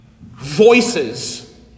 Voices